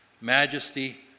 majesty